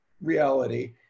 reality